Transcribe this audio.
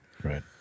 Right